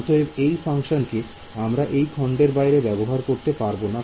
অতএব এই ফাংশন কে আমরা এই খন্ডের বাইরে ব্যবহার করতে পারব না